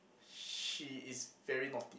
she is very naughty